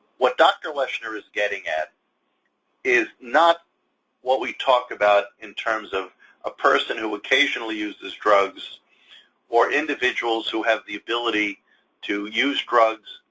what dr. leshner is getting at is not what we talked about in terms of a person who occasionally uses drugs or individuals who have the ability to use drugs,